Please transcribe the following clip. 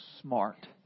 smart